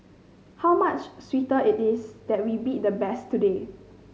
how much sweeter it is that we beat the best today